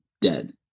dead